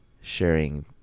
sharing